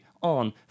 on